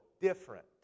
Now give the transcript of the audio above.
different